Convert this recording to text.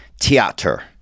theater